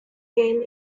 game